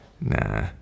Nah